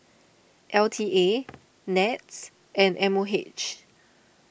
L T A NETS and M O H